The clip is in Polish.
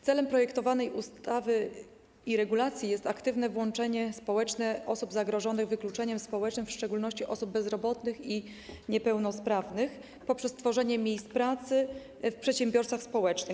Celem projektowanej ustawy i regulacji jest aktywne włączenie społeczne osób zagrożonych wykluczeniem społecznym, w szczególności osób bezrobotnych i niepełnosprawnych, poprzez tworzenie miejsc pracy w przedsiębiorstwach społecznych.